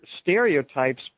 stereotypes